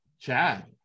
Chad